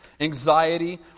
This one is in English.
anxiety